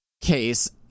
case